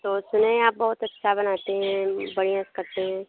तो सुने हैं आप बहुत अच्छा बनाते हैं बढ़िया से करते हैं